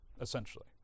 essentially